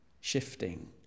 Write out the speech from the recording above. shifting